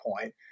point